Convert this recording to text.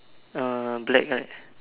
uh black right